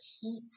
heat